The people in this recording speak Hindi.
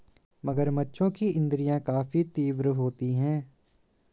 मगरमच्छों की इंद्रियाँ काफी तीव्र होती हैं